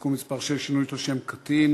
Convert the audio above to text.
(תיקון מס' 6) (שינוי שם של קטין),